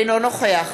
אינו נוכח